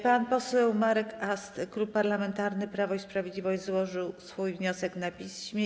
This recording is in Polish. Pan poseł Marek Ast, Klub Parlamentarny Prawo i Sprawiedliwość, złożył swój wniosek na piśmie.